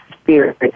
spirit